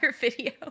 video